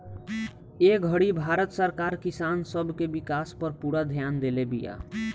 ए घड़ी भारत सरकार किसान सब के विकास पर पूरा ध्यान देले बिया